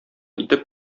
итеп